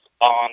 on